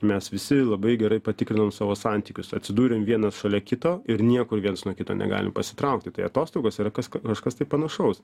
mes visi labai gerai patikrinom savo santykius atsidūrėm vienas šalia kito ir niekur viens nuo kito negalim pasitraukti tai atostogos yra kas kažkas tai panašaus